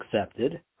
accepted